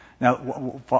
Now